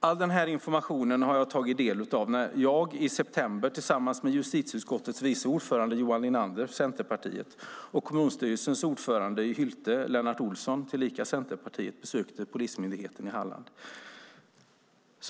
All den här informationen har jag tagit del av när jag i september, tillsammans med justitieutskottets vice ordförande Johan Linander från Centerpartiet och kommunstyrelsens ordförande i Hylte Lennart Ohlsson tillika från Centerpartiet, besökte Polismyndigheten i Halland.